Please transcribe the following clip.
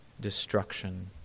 destruction